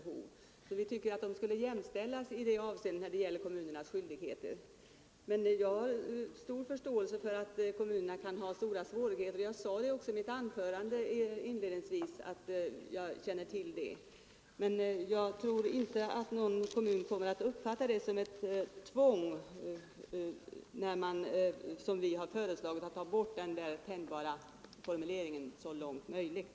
Vi tycker att dessa barn skall jämställas med andra när det gäller kommunernas skyldigheter i detta avseende. Jag har all förståelse för att kommunerna kan ha stora svårigheter att lösa denna fråga. Jag sade i mitt inledningsanförande att jag känner till det. Men jag tror inte att någon kommun kommer att uppfatta det som ett tvång om man, som vi föreslagit, tar bort den tänjbara formuleringen ”så långt möjligt”.